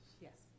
Yes